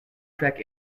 trek